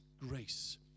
grace